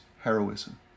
heroism